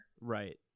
Right